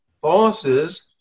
bosses